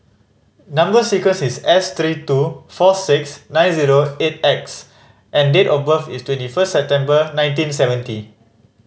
number sequence is S three two four six nine zero eight X and date of birth is twenty first September nineteen seventy